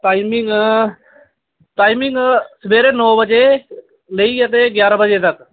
timing timing सबेरे नौ बजे लैइऐ ते ञारां बजे तक